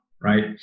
right